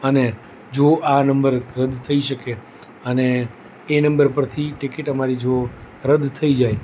અને જો આ નંબર રદ્દ થઈ શકે અને એ નંબર પરથી ટિકિટ અમારી જો રદ્દ થઈ જાય